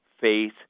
faith